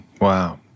Wow